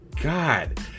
God